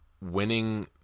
Winning